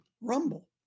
Rumble